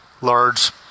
large